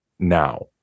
now